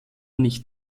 nicht